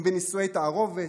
אם בנישואי תערובת,